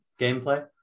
gameplay